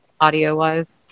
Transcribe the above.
audio-wise